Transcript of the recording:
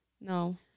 No